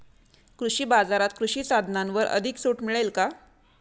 कृषी बाजारात कृषी साधनांवर अधिक सूट मिळेल का?